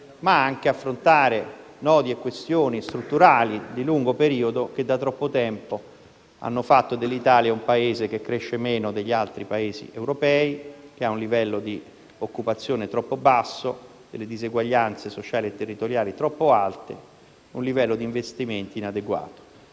ma anche nodi e questioni strutturali di lungo periodo, che da troppo tempo hanno fatto dell'Italia un Paese che cresce meno degli altri Paesi europei, che ha un livello di occupazione troppo basso e diseguaglianze sociali e territoriali troppo alte, nonché un livello di investimenti inadeguato.